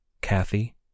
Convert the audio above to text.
Kathy